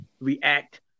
react